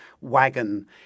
wagon